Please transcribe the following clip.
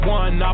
one